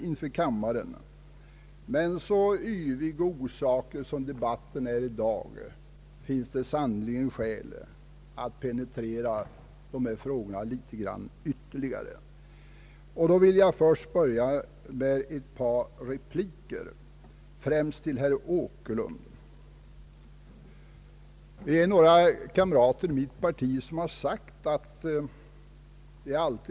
Ja, det är inte särskilt långt. LO har avgivit en rad yttranden.